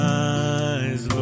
eyes